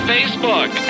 Facebook